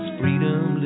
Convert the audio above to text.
freedom